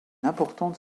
importante